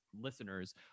listeners